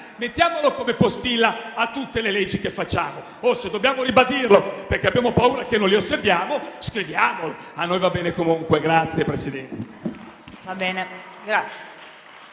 mettiamoli come postilla a tutte le leggi che facciamo. Se dobbiamo ribadirlo perché abbiamo paura che non li osserviamo, scriviamolo. A noi va bene comunque.